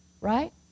right